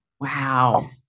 Wow